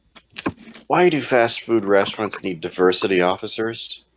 why do fast-food restaurants need diversity officers?